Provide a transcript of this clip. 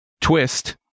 Twist